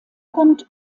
kommt